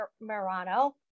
Murano